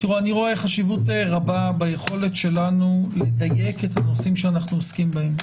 אני רואה חשיבות רבה ביכולת שלנו לדייק את הנושאים שאנחנו עוסקים בהם.